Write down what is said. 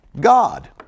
God